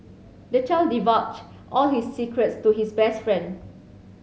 the child divulged all his secrets to his best friend